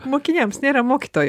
mokiniams nėra mokytojo